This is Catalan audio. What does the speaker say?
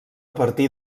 partir